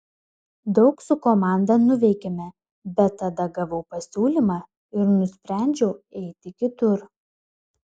daug su komanda nuveikėme bet tada gavau pasiūlymą ir nusprendžiau eiti kitur